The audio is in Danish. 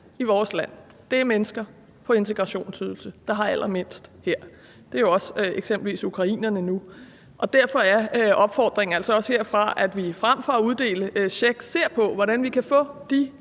i vores land er mennesker på integrationsydelse; de har allermindst, og det er jo eksempelvis nu også ukrainerne, og derfor er opfordringen altså også herfra, at vi frem for at uddele checks ser på, hvordan vi kan få de